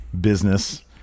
business